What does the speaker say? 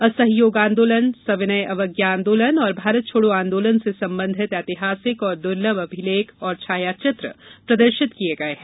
असहयोग आन्दोलन सविनय अवज्ञा आन्दोलन और भारत छोड़ो आन्दोलन से संबंधित ऐतिहासिक और दूर्लभ अभिलेख और छायाचित्र प्रदर्शित किये गये हैं